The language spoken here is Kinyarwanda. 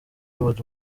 reward